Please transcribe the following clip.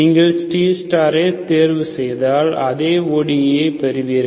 நீங்கள் C0 ஐ தேர்வுசெய்தால் அதே ODE ஐப் பெறுவீர்கள்